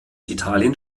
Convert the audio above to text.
italien